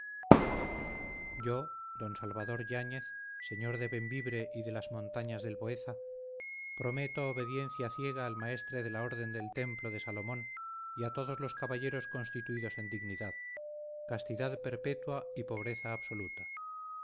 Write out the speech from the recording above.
yo don salvador yáñez señor de bembibre y de las montañas del boeza prometo obediencia ciega al maestre de la orden del templo de salomón y a todos los caballeros constituidos en dignidad castidad perpetua y pobreza absoluta